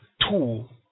tool